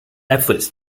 efforts